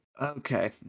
Okay